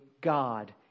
God